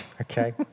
Okay